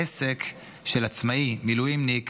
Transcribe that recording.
עסק של עצמאי מילואימניק